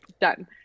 done